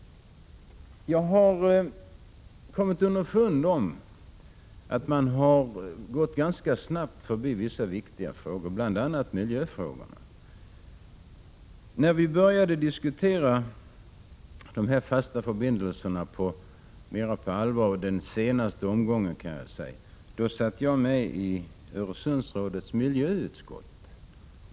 Jag har kommit underfund med att man har gått ganska snabbt förbi vissa viktiga frågor, bl.a. miljöfrågorna. När vi började diskutera fasta förbindelser mera på allvar i den senaste omgången satt jag med i Öresundsrådets miljöutskott.